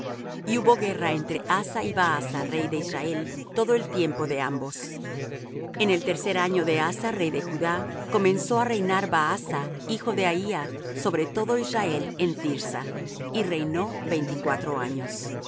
y hubo guerra entre asa y baasa rey de israel todo el tiempo de ambos en el tercer año de asa rey de judá comenzó á reinar baasa hijo de ahía sobre todo israel en thirsa y reinó veinticuatro años